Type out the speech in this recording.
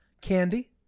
Candy